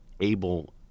able